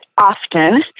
often